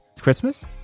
Christmas